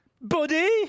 buddy